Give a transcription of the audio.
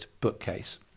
bookcase